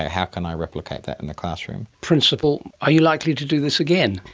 ah how can i replicate that in the classroom? principal, are you likely to do this again?